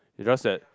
is just that